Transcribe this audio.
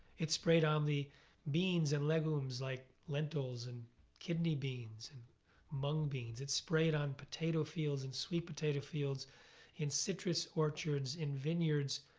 it's sprayed on the beans and legumes like lentils and kidney beans and mung beans. it's sprayed on potato fields and sweet potato fields in citrus orchards and vineyards.